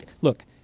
look